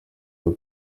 uyu